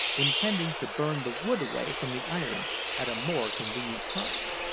intending to burn the wood away from the iron at a more convenient time.